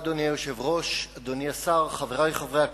אדוני היושב-ראש, אדוני השר, חברי חברי הכנסת,